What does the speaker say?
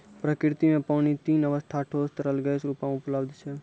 प्रकृति म पानी तीन अबस्था ठोस, तरल, गैस रूपो म उपलब्ध छै